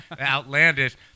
outlandish